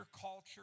culture